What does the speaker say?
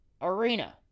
Arena